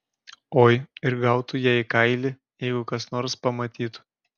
oi ir gautų jie į kailį jeigu kas nors pamatytų